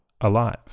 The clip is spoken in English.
alive